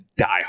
diehard